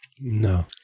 No